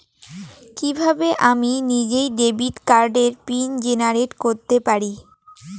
কিভাবে আমি নিজেই ডেবিট কার্ডের পিন জেনারেট করতে পারি?